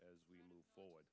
as we move forward